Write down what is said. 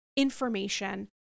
information